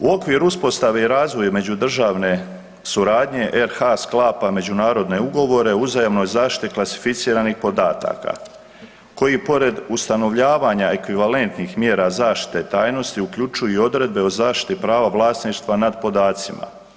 U okviru uspostave i razvoju međunarodne suradnje RH sklapa međunarodne ugovore o uzajamnoj zaštiti klasificiranih podataka koji pored ustanovljavanja ekvivalentnih mjera zaštite tajnosti uključuju i odredbe o zaštiti prava vlasništva nad podacima.